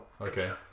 okay